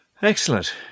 Excellent